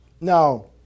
Now